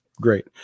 Great